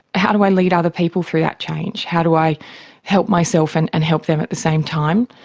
how do i lead other people through that change, how do i help myself and and help them at the same time?